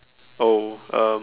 oh um